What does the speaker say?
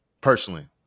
personally